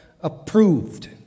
approved